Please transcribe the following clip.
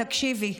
תקשיבי.